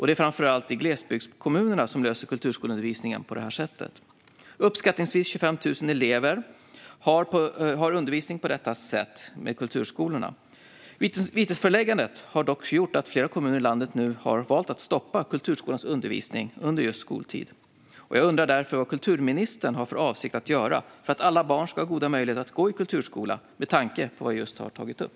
Det är framför allt glesbygdskommunerna som löser kulturskoleundervisningen på detta sätt. Uppskattningsvis 25 000 elever har undervisning på detta sätt med kulturskolorna. Vitesföreläggandet har dock gjort att flera kommuner i landet nu har valt att stoppa kulturskolans undervisning under just skoltid. Jag undrar därför vad kulturministern har för avsikt att göra för att alla barn ska ha goda möjligheter att gå i kulturskola, med tanke på vad jag just har tagit upp.